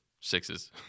sixes